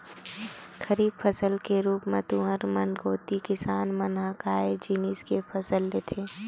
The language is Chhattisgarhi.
खरीफ फसल के रुप म तुँहर मन कोती किसान मन ह काय जिनिस के फसल लेथे?